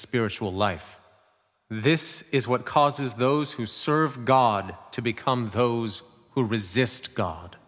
spiritual life this is what causes those who serve god to become those who resist god